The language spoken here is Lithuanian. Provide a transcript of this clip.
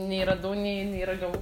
nei radau nei nei ragavau